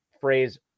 phrase